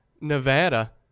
Nevada